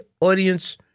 audience